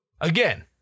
Again